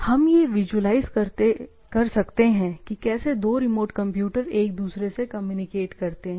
हम यह विजुअलाईज कर सकते हैं कि कैसे दो रिमोट कंप्यूटर एक दूसरे से कम्युनिकेट करते हैं